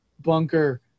bunker